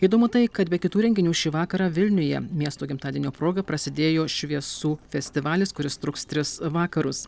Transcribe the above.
įdomu tai kad be kitų renginių šį vakarą vilniuje miesto gimtadienio proga prasidėjo šviesų festivalis kuris truks tris vakarus